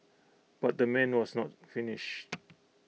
but the man was not finished